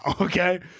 okay